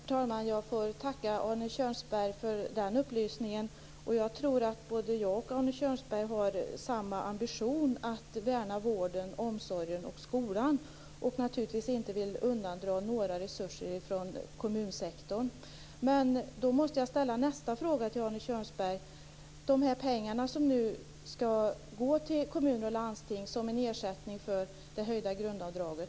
Herr talman! Jag tackar Arne Kjörnsberg för den upplysningen. Både jag och Arne Kjörnsberg har nog samma ambitioner när det gäller att värna vården, omsorgen och skolan. Naturligtvis vill vi inte att kommunsektorn skall undandras några resurser. Men, Arne Kjörnsberg, var tar ni de pengar som nu skall gå till kommuner och landsting som en ersättning för det höjda grundavdraget?